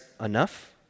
enough